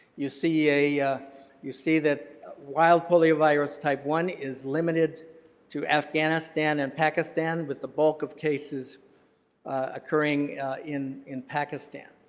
you see a you see that wild poliovirus type one is limited to afghanistan and pakistan with the bulk of cases occurring in in pakistan.